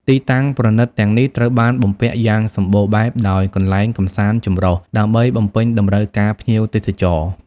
ទីតាំងប្រណីតទាំងនេះត្រូវបានបំពាក់យ៉ាងសម្បូរបែបដោយ កន្លែងកម្សាន្តចម្រុះ ដើម្បីបំពេញតម្រូវការភ្ញៀវទេសចរ។